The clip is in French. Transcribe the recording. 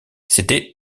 c’était